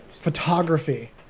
photography